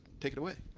take it away.